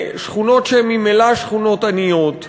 בשכונות שהן ממילא שכונות עניות,